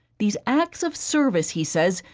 these acts of service, he says,